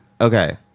Okay